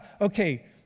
okay